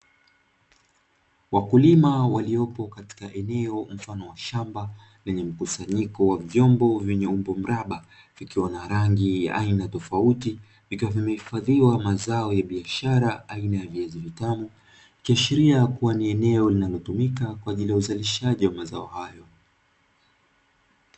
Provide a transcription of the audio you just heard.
Wakulima waliopo katika eneo mfano wa shamba lenye mkusanyiko wa vyombo vyenye umbo mraba vikiwa na rangi aina tofauti vikiwa vimehifadhiwa mazao ya biashara aina ya viazi vitamu, ikiashiria kuwa ni eneo linalotumika kwa ajili ya uzalishaji wa mazao hayo.